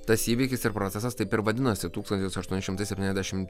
tas įvykis ir procesas taip ir vadinosi tūkstantis aštuoni šimtai septyniasdešimt